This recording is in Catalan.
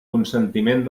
consentiment